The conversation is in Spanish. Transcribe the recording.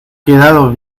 quedado